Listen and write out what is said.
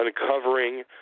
uncovering